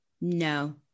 No